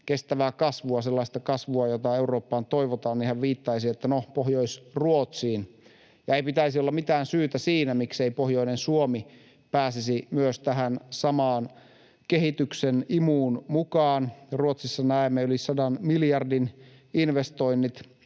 kestävää kasvua, sellaista kasvua, jota Eurooppaan toivotaan, niin hän viittaisi, että no, Pohjois-Ruotsiin. Ei pitäisi olla mitään syytä siinä, miksei pohjoinen Suomi pääsisi myös tähän samaan kehityksen imuun mukaan. Ruotsissa näemme yli sadan miljardin investoinnit